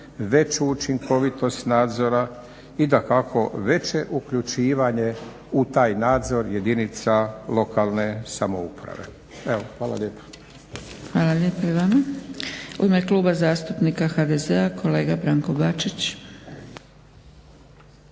veću učinkovitost nadzora i dakako veće uključivanje u taj nadzor jedinica lokalne samouprave. Evo, hvala lijepo. **Zgrebec, Dragica (SDP)** Hvala lijepo i vama. U ime Kluba zastupnika HDZ-a kolega Branko Bačić.